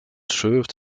served